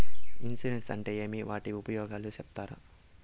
Insurance అంటే ఏమి? వాటి ఉపయోగాలు సెప్తారా?